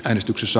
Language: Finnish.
äänestyksessä